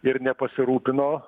ir nepasirūpino